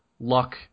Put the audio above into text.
Luck